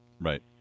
Right